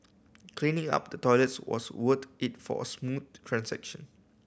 cleaning up the toilet was worth it for a smooth transaction